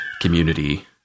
community